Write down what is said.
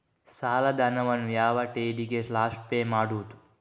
ಸಾಲದ ಹಣವನ್ನು ಯಾವ ಡೇಟಿಗೆ ಲಾಸ್ಟ್ ಪೇ ಮಾಡುವುದು?